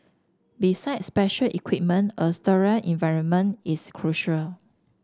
besides special equipment a sterile environment is crucial